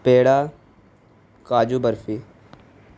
پیڑا kaju barfi